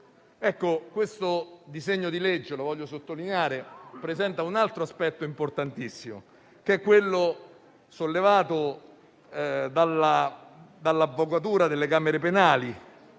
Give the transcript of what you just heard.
legge al nostro esame - voglio sottolinearlo - presenta un altro aspetto importantissimo che è quello sollevato dall'avvocatura delle camere penali,